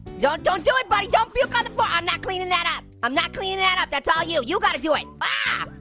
don't don't do it, buddy, don't puke on the floor. but i'm not cleaning that up, i'm not cleaning that up. that's all you, you gotta do it. ah,